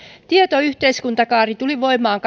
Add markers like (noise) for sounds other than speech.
tietoyhteiskuntakaari tuli voimaan (unintelligible)